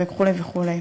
וכו' וכו'.